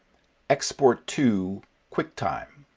export to quicktime'